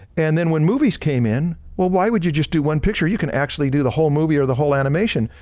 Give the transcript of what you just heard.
and then when movies came in, well why would you just do one picture, you can actually do the whole movie or the whole animation.